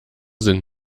sind